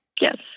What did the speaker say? Yes